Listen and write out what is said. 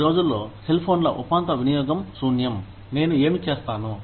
ఈ రోజుల్లో సెల్ఫోన్ల ఉపాంత వినియోగం శూన్యం నేను ఏమి చేస్తాను